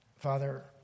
Father